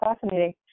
fascinating